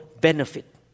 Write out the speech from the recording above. benefit